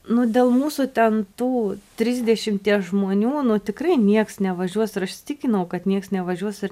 nu dėl mūsų ten tų trisdešimties žmonių nu tikrai nieks nevažiuos ir aš įsitikinau kad nieks nevažiuos ir